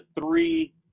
three